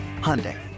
Hyundai